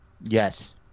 Yes